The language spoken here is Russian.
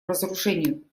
разоружению